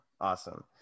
Awesome